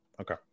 Okay